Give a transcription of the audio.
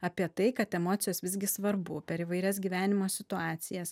apie tai kad emocijos visgi svarbu per įvairias gyvenimo situacijas